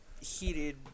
heated